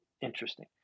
interesting